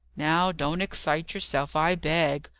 now, don't excite yourself, i beg,